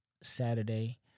Saturday